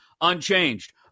unchanged